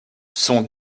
son